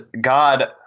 God